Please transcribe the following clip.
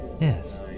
Yes